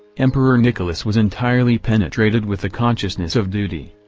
emperor nicholas was entirely penetrated with the consciousness of duty.